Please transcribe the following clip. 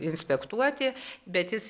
inspektuoti bet jis